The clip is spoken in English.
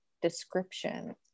Description